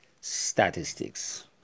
statistics